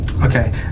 Okay